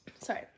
sorry